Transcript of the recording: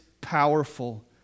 powerful